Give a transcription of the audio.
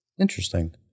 Interesting